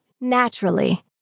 naturally